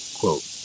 quote